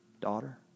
daughter